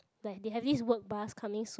like they have this work bus coming soon